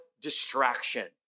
distraction